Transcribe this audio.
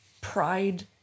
pride